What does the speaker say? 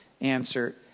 answer